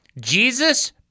Jesus